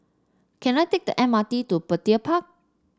can I take the M R T to Petir Park